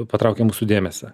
patraukia mūsų dėmesį